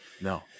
no